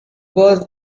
was